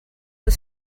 was